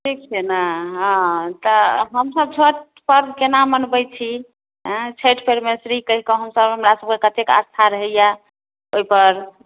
ठीक छै ने हँ तऽ हमसब छठि पर्व केना मनबैत छी आँय छठि परमेशरी कहिके हमसब हमरा सबकेँ कतेक आस्था रहैया ओहि पर